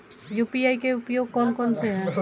UPI के उपयोग कौन कौन से हैं?